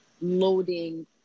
loading